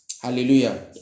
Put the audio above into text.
Hallelujah